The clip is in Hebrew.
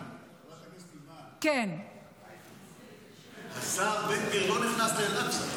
חברת הכנסת אימאן, השר בן גביר לא נכנס לאל-אקצא.